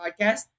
podcast